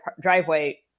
driveway